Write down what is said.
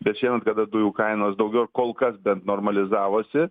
bet žinant kada dujų kainos daugiau kol kas bent normalizavosi